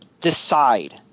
Decide